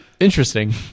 interesting